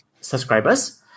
subscribers